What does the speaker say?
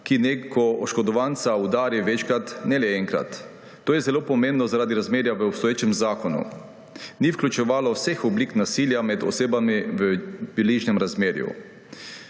ki nekega oškodovanca udari večkrat, ne le enkrat – to je zelo pomembno zaradi razmerja v obstoječem zakonu, ko se ni vključevalo vseh oblik nasilja med osebami v bližnjem razmerju.